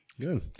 Good